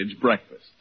breakfast